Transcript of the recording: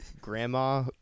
grandma